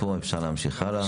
החסרונות.